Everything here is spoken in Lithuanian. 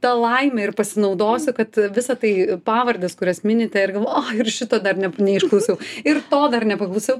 ta laime ir pasinaudosiu kad visa tai pavardės kurias minite ir galvoju ai ir šito dar ne neišklausiau ir to dar nepaklausiau